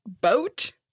boat